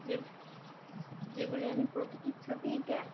যে যেগুলি আমি প্রকৃতির ছবি এঁকে